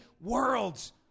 worlds